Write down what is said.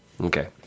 okay